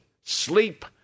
sleep